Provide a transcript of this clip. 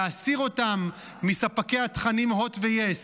להסיר אותם מספקי התכנים הוט ויס,